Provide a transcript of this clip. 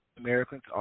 Americans